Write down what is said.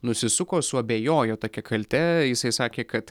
nusisuko suabejojo tokia kalte jisai sakė kad